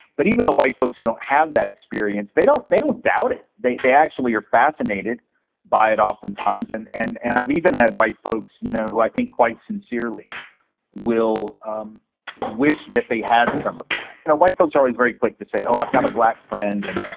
but even the white folks who don't have that experience, they don't they don't doubt it. they they actually are fascinated by it oftentimes, and and and i've even had white folks, you know, who i think quite sincerely will um wish that they had some of that. now, and white folks are always very quick to say, oh, i've got a black friend. and,